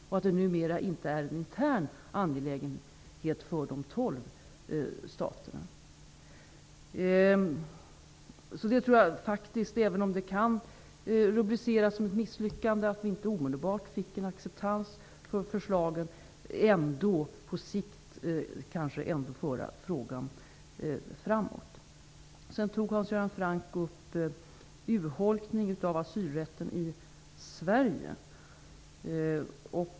Detta är alltså inte längre en intern angelägenhet för de tolv staterna. Även om det kan rubriceras som ett misslyckande att vi inte omedelbart fick en acceptans för förslagen, kan frågan kanske ändå på sikt föras framåt. Hans Göran Franck tog också upp urholkningen av asylrätten i Sverige.